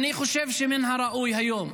אני חושב שמן הראוי היום,